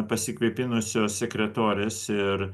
pasikvėpinusios sekretorės ir